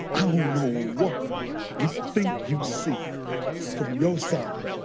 i don't know what you think you see from your side,